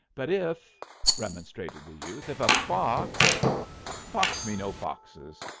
but if remonstrated the youth, if a fox fox me no foxes!